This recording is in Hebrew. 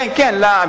כן, כן.